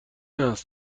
است